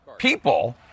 People